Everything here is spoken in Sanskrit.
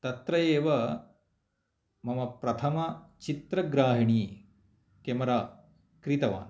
तत्र एव मम प्रथमचित्रग्राहिणी क्यामेरा क्रीतवान्